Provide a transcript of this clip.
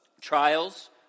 Trials